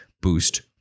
Boost